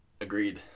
Agreed